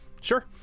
Sure